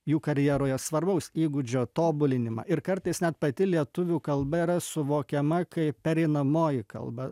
jų karjeroje svarbaus įgūdžio tobulinimą ir kartais net pati lietuvių kalba yra suvokiama kaip pereinamoji kalba